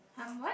I'm what